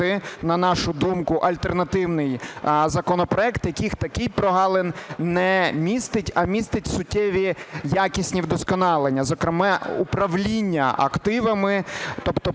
на нашу думку, альтернативний законопроект, який таких прогалин не містить, а містить суттєві якісні вдосконалення, зокрема управління активами, тобто